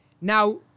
Now